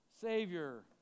savior